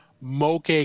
Moke